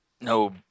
No